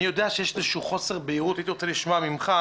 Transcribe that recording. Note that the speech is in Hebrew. אני יודע שיש איזה חוסר בהירות והייתי רוצה לשמוע ממך